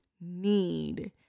need